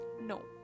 no